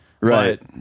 Right